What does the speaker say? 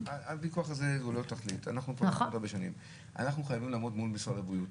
הוויכוח הזה הוא ללא תכלית אנחנו חייבים לעמוד מול משרד הבריאות